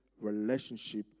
relationship